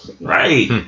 Right